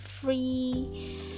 free